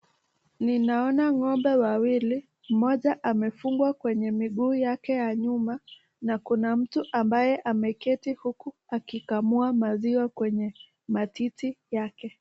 Ninaona ngombe wawili, moja amefungwa kwenye miguu yake ya nyuma, na kuna mtu ambaye ameketi huku, akikamua maziwa kwenye matiti yake.